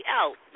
out